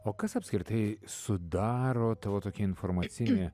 o kas apskritai sudaro tavo tokį informacinį